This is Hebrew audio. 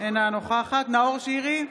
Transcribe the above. אינה נוכחת נאור שירי,